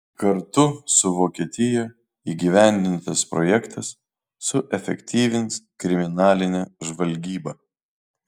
kartu su vokietija įgyvendintas projektas suefektyvins kriminalinę žvalgybą